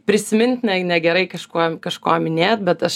prisimint ne negerai kažkuo kažko minėt bet aš